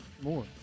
more